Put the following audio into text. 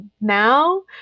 Now